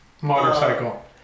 motorcycle